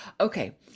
Okay